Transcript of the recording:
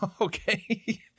okay